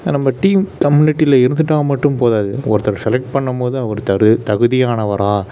நம்ம டீம் கம்யூனிட்டியில இருந்துவிட்டா மட்டும் போதாது ஒருத்தர் செலக்ட் பண்ணும்போதுதான் ஒருத்தர் தகுதியானவராக